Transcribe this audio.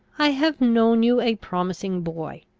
i have known you a promising boy,